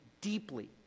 deeply